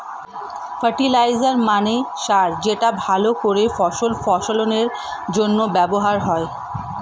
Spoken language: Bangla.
ফার্টিলাইজার মানে সার যেটা ভালো করে ফসল ফলনের জন্য ব্যবহার হয়